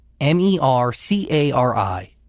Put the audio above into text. M-E-R-C-A-R-I